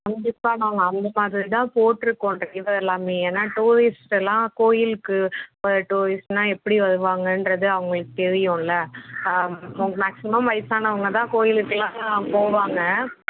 கண்டிப்பாக நாங்கள் அந்தமாதிரி தான் போட்டுருக்கோம் ட்ரைவர் எல்லாமே ஏன்னால் டூரிஸ்ட்டெல்லாம் கோயிலுக்கு இப்போ டூரிஸ்ட்னா எப்படி வருவாங்கன்றது அவங்களுக்கு தெரியும்ல்ல மேக்ஸிமம் வயிசானவங்க தான் கோயிலுக்கெல்லாம் போவாங்க